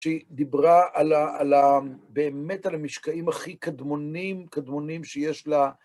כשהיא דיברה על ה..על ה..באמת על המשקעים הכי קדמונים, קדמונים שיש לה.